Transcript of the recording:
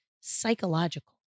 psychological